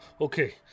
Okay